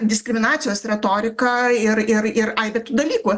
diskriminacijos retorika ir ir ir aibe tų dalykų